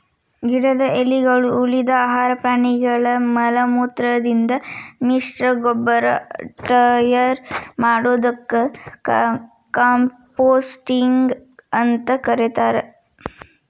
ಗಿಡದ ಎಲಿಗಳು, ಉಳಿದ ಆಹಾರ ಪ್ರಾಣಿಗಳ ಮಲಮೂತ್ರದಿಂದ ಮಿಶ್ರಗೊಬ್ಬರ ಟಯರ್ ಮಾಡೋದಕ್ಕ ಕಾಂಪೋಸ್ಟಿಂಗ್ ಅಂತ ಕರೇತಾರ